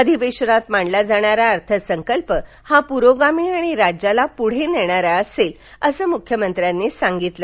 अधिवेशनात मांडला जाणारा अर्थसंकल्प हा पुरोगामी आणि राज्याला पुढे नेणारा असेल असं मुख्यमंत्री म्हणाले